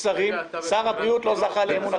שר הבריאות לא זכה לאמון הציבור.